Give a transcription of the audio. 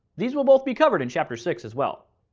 these will both be covered in chapter six as well.